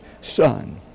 Son